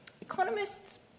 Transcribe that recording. economists